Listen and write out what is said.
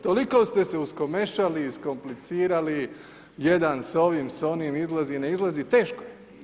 Toliko ste se uskomešali i iskomplicirali, jedan s ovim, s onim, izlazi, ne izlazi, teško je.